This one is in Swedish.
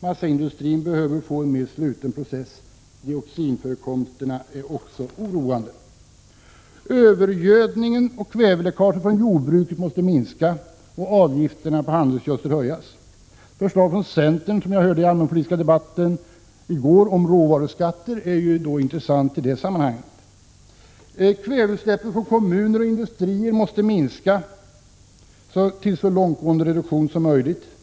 Massaindustrin måste få en mer sluten process. Dioxinförekomsterna är också oroande. Övergödningen och kväveläckaget från jordbruket måste minska och avgifterna på handelsgödsel höjas. Det förslag som centern framförde i den allmänpolitiska debatten i går om råvaruskatter är intressant i det sammanhanget. Kväveutsläppen från kommuner och industrier måste minska genom så långtgående reduktion som möjligt.